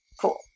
cool